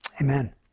Amen